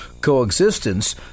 coexistence